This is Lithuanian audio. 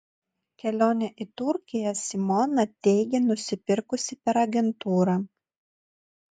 kelionę į turkiją simona teigia nusipirkusi per agentūrą